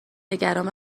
نگران